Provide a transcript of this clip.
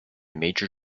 major